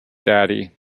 daddy